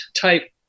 type